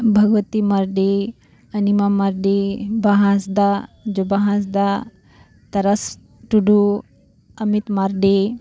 ᱵᱷᱚᱜᱚᱛᱤ ᱢᱟᱨᱰᱤ ᱚᱱᱤᱢᱟ ᱢᱟᱨᱰᱤ ᱵᱟᱦᱟ ᱦᱟᱸᱥᱫᱟ ᱡᱩᱵᱟ ᱦᱟᱸᱥᱫᱟ ᱛᱟᱨᱟᱥ ᱴᱩᱰᱩ ᱟᱢᱤᱛ ᱢᱟᱨᱰᱤ